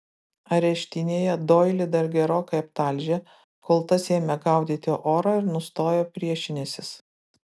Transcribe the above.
areštinėje doilį dar gerokai aptalžė kol tas ėmė gaudyti orą ir nustojo priešinęsis